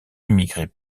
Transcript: immigrés